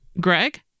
Greg